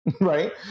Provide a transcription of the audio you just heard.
right